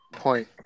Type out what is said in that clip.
Point